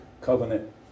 covenant